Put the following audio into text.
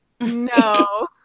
no